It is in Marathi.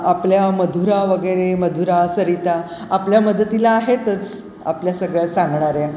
आपल्या मधुरा वगैरे मधुरा सरिता आपल्या मदतीला आहेतच आपल्या सगळ्या सांगणाऱ्या